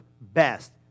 best